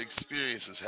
Experiences